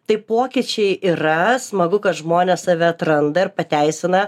tai pokyčiai yra smagu kad žmonės save atranda ir pateisina